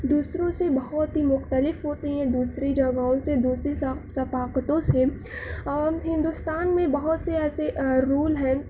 دوسروں سے بہت ہی مختلف ہوتے ہیں دوسری جگہوں سے دوسری ثقاقتوں سے اور ہندوستان میں بہت سے ایسے رول ہیں